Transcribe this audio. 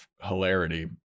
hilarity